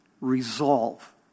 resolve